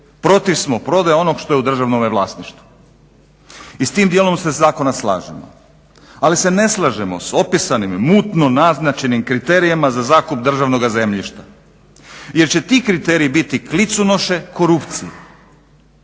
Protiv smo prodaje onoga što je u državnome vlasništvu. I s tim dijelom zakona se slažemo, ali se ne slažemo s opisanim mutno naznačenim kriterijima za zakup državnoga zemljišta jer će ti kriteriji biti kliconoše korupcije.